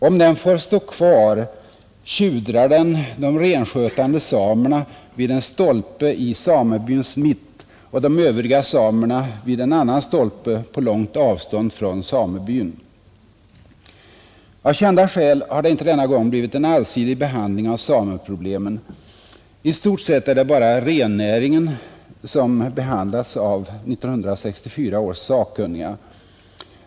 Om den får stå kvar, tjudrar den de renskötande samerna vid en stolpe i samebyns mitt och de övriga samerna vid en annan stolpe på långt avstånd från samebyn, Av kända skäl har det inte denna gång blivit en allsidig behandling av sameproblemen. I stort sett är det bara rennäringen som behandlats av 1964 års sakkunniga.